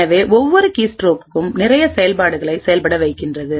எனவே ஒவ்வொரு கீஸ்ட்ரோக்கும்நிறைய செயல்பாடுகளை செயல்பட வைக்கின்றது